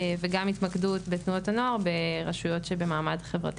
וגם התמקדות בתנועות הנוער ברשויות שבמעמד חברתי